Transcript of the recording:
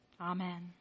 Amen